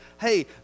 hey